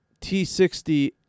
T60